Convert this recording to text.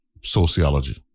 sociology